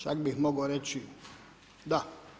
Čak bih mogao reći da.